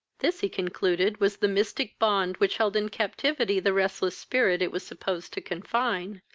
this he concluded was the mystic bond which held in captivity the restless spirit it was supposed to confine.